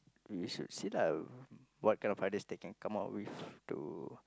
we should see lah what kind of ideas they can come up with to